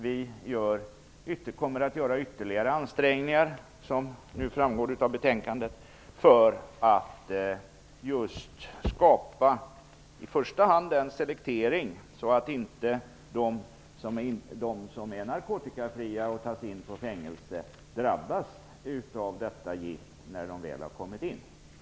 Vi moderater kommer att göra ytterligare ansträngningar, som framgår av betänkandet, för att skapa i första hand en selektering så att de som är narkotikafria och som tas in på fängelse inte drabbas av detta gift när de väl kommit in.